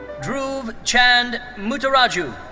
dhruv chand muttarju.